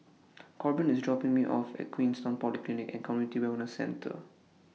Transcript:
Korbin IS dropping Me off At Queenstown Polyclinic and Community Wellness Centre